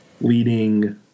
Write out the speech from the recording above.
leading